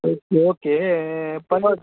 ಆಯ್ತು ಓಕೇ ಪರ್ವಾಗಿ